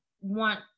want